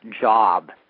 job